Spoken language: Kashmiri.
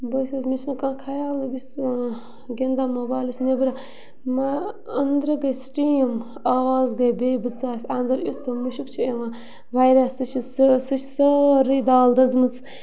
بہٕ چھَس مےٚ چھِنہٕ کانٛہہ خیالٕے بہٕ چھَس گِنٛدان موبایلَس نیٚبرٕ أنٛدرٕ گٔے سِٹیٖم آواز گٔے بیٚیہِ بہٕ ژایَس انٛدر یُتھ مٕشٕک چھِ یِوان واریاہ سُہ چھِ سُہ چھِ سٲرٕے دال دٔزمٕژ